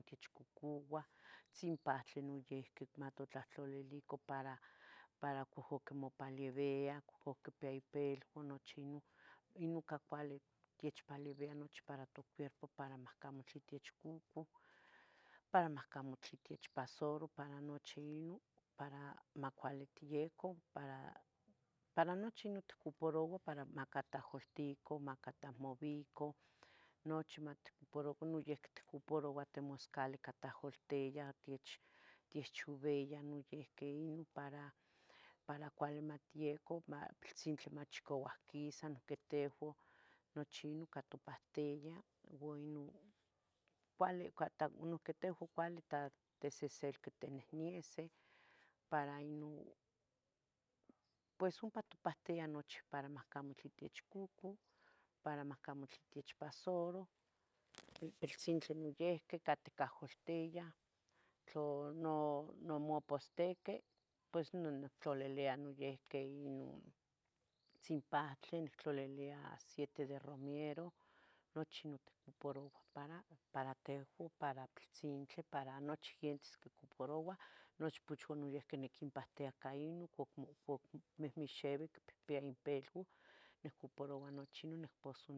techcocoua tzin pahtli noyiqui matotlahtlalilica para para ihcuc mopalebia cuc quipia ipilua nochi ino, ino ca cuali techpalebia nochi para toquierpo para macamo tlen techcuco, para macamo tlen techpasaro para nochi ieu para macuali tieca, para, para nochi non tocuparoua para macatahcoltica macatahmobico nochi maoucuparoca no yehqui tocuparouah temascali tacaholtiah quich quichxubiah noiqui ino para para cuali matieca mah piltzintli chicauac quisa noiqui tehua nochi ino ica itmopahtiah, ua ino cuali cata noiqui tehua cuali ta tisiselqitinieseh para inu. pues ompa itmopahtia nochi para macamo tlen techcucu, para macamo tlen techpasaro, pipiltzintli noiqui caholtiah tla no no mopostiqui pues no ittlalilia noiqui ino tzin pahtli nihtlalilia aciete de romero, nochi non tocuparoua para, para tehua para piltzintli, nochi gientes quiocuparouah, nochpochua noyiqui niquinpahtia ica ino cuac cuac mihixeuih quinpiah inpilua nocuparoua nochi non